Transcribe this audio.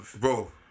Bro